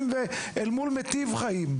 אל מול מיטיב חיים?